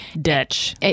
Dutch